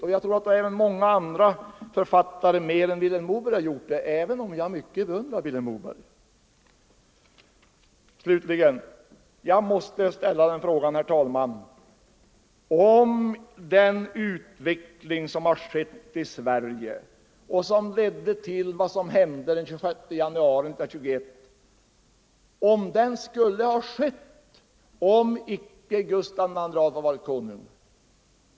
Det tror jag att också många andra författare än Vilhelm Moberg — som jag beundrar mycket — har gjort. Slutligen vill jag ställa den frågan om den utveckling som skett i Sverige och som ledde till vad som hände den 26 januari 1921 skulle ha blivit sådan som den blev, om inte Gustav II Adolf tidigare hade varit kung.